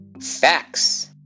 facts